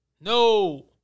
no